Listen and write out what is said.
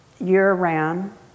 year-round